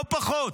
לא פחות.